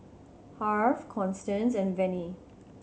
Harve Constance and Vennie